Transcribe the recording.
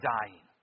dying